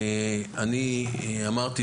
אמרתי,